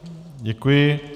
Děkuji.